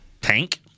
Tank